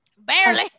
barely